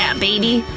um baby!